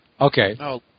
Okay